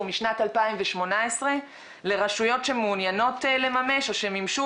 משנת 2018 לרשויות שמעוניינות לממש או שמימשו.